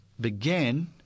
began